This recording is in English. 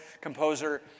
composer